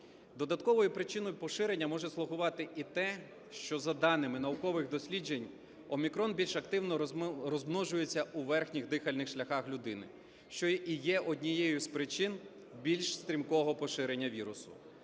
Додатковою причиною поширення може слугувати і те, що за даними наукових досліджень "Омікрон" більш активно розмножується у верхніх дихальних шляхах людини, що і є однією з причин більш стрімкого поширення вірусу.